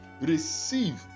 Receive